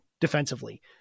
defensively